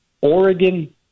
Oregon